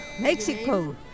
Mexico